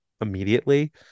immediately